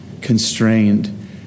constrained